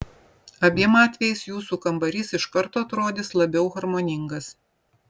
abiem atvejais jūsų kambarys iš karto atrodys labiau harmoningas